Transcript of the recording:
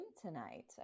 tonight